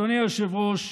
וכמובן,